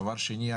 דבר שני,